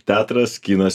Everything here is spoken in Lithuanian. teatras kinas